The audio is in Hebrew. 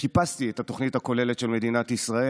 חיפשתי את התוכנית הכוללת של מדינת ישראל.